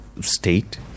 state